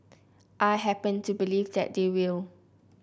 I happen to believe that they will